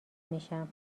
میشم